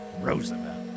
Roosevelt